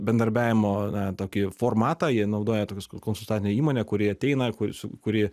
bendarbiavimo na tokį formatą jie naudoja tokius konsultacinę įmonę kuri ateina kur su kuri